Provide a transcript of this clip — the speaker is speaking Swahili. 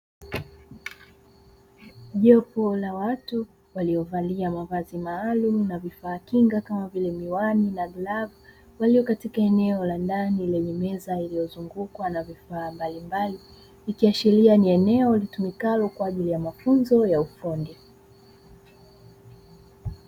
Jopo la watu waliovalia mavazi maalumu na vifaa kinga kama vile miwani na glavu waliokatika eneo la ndani lenye meza iliyozungukwa na vifaa mbalimbali, ikiashiria ni eneo litumikalo kwaajili ya mafunzo ya ufundi.